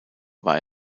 war